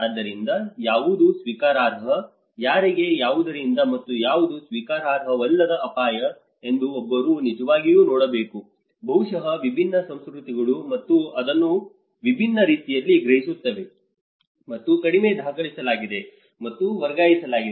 ಆದ್ದರಿಂದ ಯಾವುದು ಸ್ವೀಕಾರಾರ್ಹ ಯಾರಿಗೆ ಯಾವುದರಿಂದ ಮತ್ತು ಯಾವುದು ಸ್ವೀಕಾರಾರ್ಹವಲ್ಲದ ಅಪಾಯ ಎಂದು ಒಬ್ಬರು ನಿಜವಾಗಿಯೂ ನೋಡಬೇಕು ಬಹುಶಃ ವಿಭಿನ್ನ ಸಂಸ್ಕೃತಿಗಳು ಅದನ್ನು ವಿಭಿನ್ನ ರೀತಿಯಲ್ಲಿ ಗ್ರಹಿಸುತ್ತವೆ ಮತ್ತು ಕಡಿಮೆ ದಾಖಲಿಸಲಾಗಿದೆ ಮತ್ತು ವರ್ಗಾಯಿಸಲಾಗಿದೆ